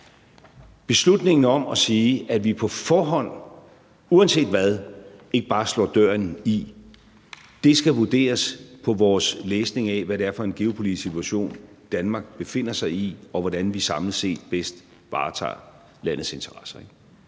Beslutningen om at sige, at vi på forhånd uanset hvad ikke bare slår døren i, skal vurderes på vores læsning af, hvad det er for en geopolitisk situation, Danmark befinder sig i, og hvordan vi samlet set bedst varetager landets interesser.